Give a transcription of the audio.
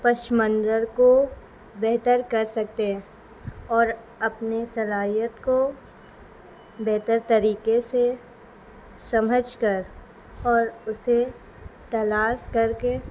پس منظر کو بہتر کر سکتے ہیں اور اپنی صلاحیت کو بہتر طریقے سے سمجھ کر اور اسے تلاش کر کے